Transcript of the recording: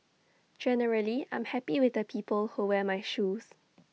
generally I'm happy with the people who wear my shoes